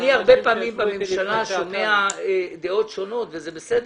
הרבה פעמים בממשלה אני שומע דעות שונות וזה בסדר,